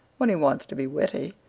when he wants to be witty,